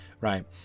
right